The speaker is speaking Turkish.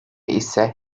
ise